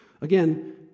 Again